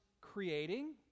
creating